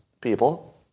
people